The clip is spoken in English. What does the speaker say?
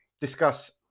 discuss